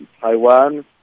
Taiwan